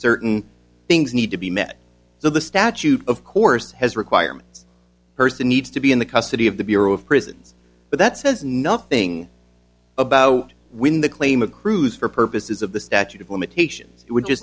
certain things need to be met so the statute of course has requirements person needs to be in the custody of the bureau of prisons but that says nothing about when the claim of cruise for purposes of the statute of limitations w